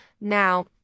Now